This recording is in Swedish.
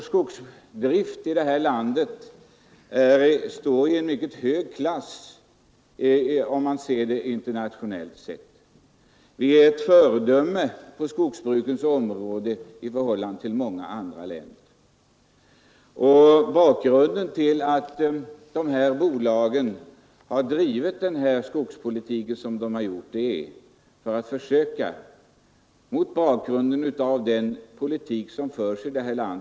Skogsdriften i detta land står i en mycket hög klass internationellt sett. Vi är ett föredöme på skogsbrukets område jämfört med många andra länder. Skogsbolagens åtgärder skall ses mot bakgrunden av den politik som förs här i landet.